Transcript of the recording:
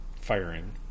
firing